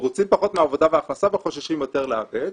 מרוצים פחות מהעבודה וההכנסה וחוששים יותר לאבד.